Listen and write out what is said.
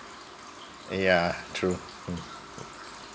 yeah true